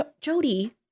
Jody